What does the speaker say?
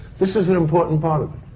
this is an important part of it.